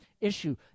issue